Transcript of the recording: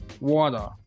water